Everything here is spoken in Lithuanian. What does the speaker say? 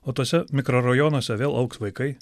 o tuose mikrorajonuose vėl augs vaikai